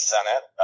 Senate